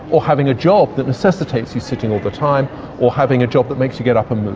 or having a job that necessitates you sitting all the time or having a job that makes you get up and move.